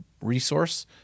resource